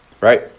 right